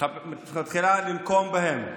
מתחילה לנקום בהם.